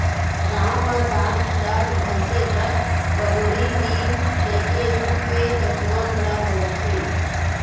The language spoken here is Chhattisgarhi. गाँव म दांत ल घसे बर बमरी, लीम नइते रूख के दतवन ल बउरथे